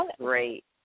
great